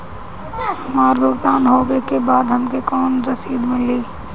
हमार भुगतान होबे के बाद हमके कौनो रसीद मिली?